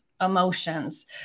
emotions